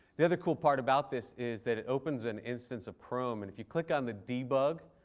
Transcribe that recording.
the other cool part about this is that it opens an instance of chrome. and if you click on the debug,